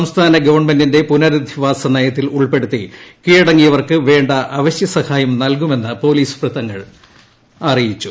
സംസ്ഥാന ഗവൺമെന്റിന്റെ പുനരധിവാസ നയത്തിൽ ഉൾപ്പെടുത്തി കീഴടങ്ങിയവർക്ക് വേണ്ട അവശ്യസഹായം നൽകുമെന്ന് പോലീസ് വൃത്തങ്ങൾ അറിയിച്ചു